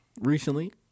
Recently